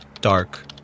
dark